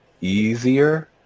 easier